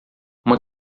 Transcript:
uma